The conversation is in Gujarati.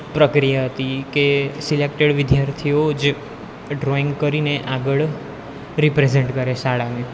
પ્રક્રિયા હતી કે સિલેક્ટેડ વિદ્યાર્થીઓ જ ડ્રોઈંગ કરીને આગળ રિપ્રેઝંટ કરે શાળાને